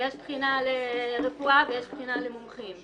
ויש בחינה לרפואה ויש בחינה למומחים,